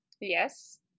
yes